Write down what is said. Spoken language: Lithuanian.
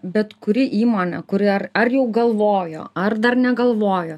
bet kuri įmonė kuri ar ar jau galvojo ar dar negalvojo